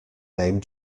name